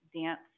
dance